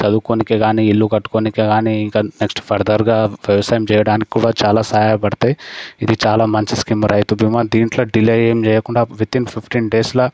చదువుకొనికి కానీ ఇల్లు కట్టుకొనికి కానీ ఇంక నెక్స్ట్ ఫర్ధర్గా వ్యవసాయం చేయడానికి కూడా చాలా సహాయపడతయి ఇది చాలా మంచి స్కీమ్ రైతు బీమా దీంట్లో డిలే ఏమి చేయకుండా వితిన్ ఫిఫ్టీన్ డేస్లో